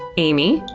amy?